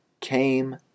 came